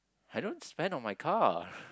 I don't spend on my car